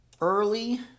Early